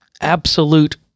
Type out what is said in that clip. absolute